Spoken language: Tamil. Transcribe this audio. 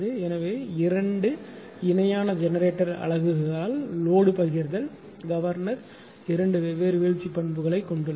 எனவே இரண்டு இணையான ஜெனரேட்டர் அலகுகளால் லோடு பகிர்தல் கவர்னர் இரண்டு வெவ்வேறு வீழ்ச்சி பண்புகளைக் கொண்டுள்ளது